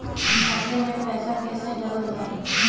खाते मे पैसा कैसे डालल जाई?